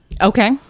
Okay